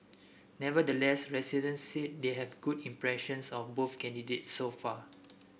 nevertheless residents said they have good impressions of both candidates so far